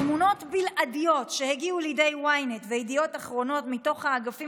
"תמונות בלעדיות שהגיעו לידי ynet וידיעות אחרונות מתוך האגפים